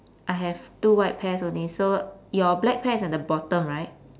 I have two white pairs only so your black pair is on the bottom right